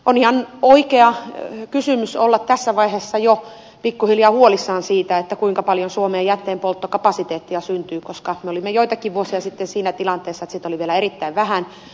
on ihan oikein olla tässä vaiheessa jo pikku hiljaa huolissaan siitä kuinka paljon suomeen jätteenpolttokapasiteettia syntyy koska me olimme joitakin vuosia sitten siinä tilanteessa että sitä oli vielä erittäin vähän